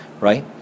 Right